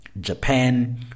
Japan